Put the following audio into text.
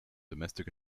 domestic